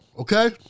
Okay